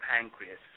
pancreas